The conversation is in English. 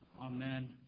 Amen